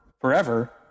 forever